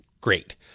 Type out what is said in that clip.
great